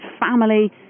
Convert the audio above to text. family